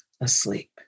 asleep